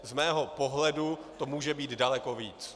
Z mého pohledu to může být daleko víc.